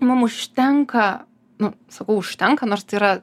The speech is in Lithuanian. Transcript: mum užtenka nu sakau užtenka nors tai yra